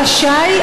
רשאי,